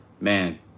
man